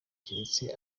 keretse